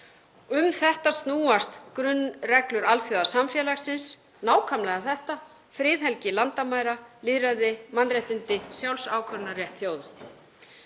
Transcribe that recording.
Um þetta snúast grunnreglur alþjóðasamfélagsins, nákvæmlega þetta; friðhelgi landamæra, lýðræði, mannréttindi og sjálfsákvörðunarrétt þjóða.